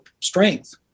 strength